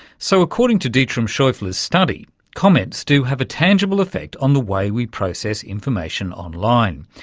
so, according to dietram scheufele's study, comments do have a tangible effect on the way we process information online.